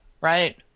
right